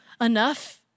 enough